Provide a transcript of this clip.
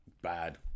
bad